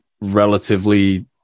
relatively